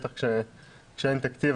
בטח כשאין תקציב,